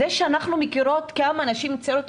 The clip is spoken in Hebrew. זה שאנחנו מכירות כמה נשים צעירות,